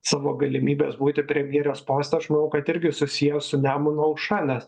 savo galimybes būti premjerės poste aš manau kad irgi susiję su nemuno aušra nes